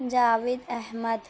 Javed Ahmad